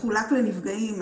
חולק לנפגעים.